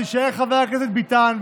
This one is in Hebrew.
אז יישאר חבר הכנסת ביטן,